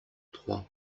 trois